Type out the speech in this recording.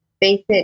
basic